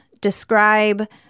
describe